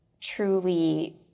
truly